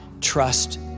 trust